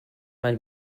man